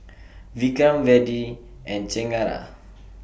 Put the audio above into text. Vikram Vedre and Chengara